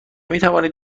میتوانید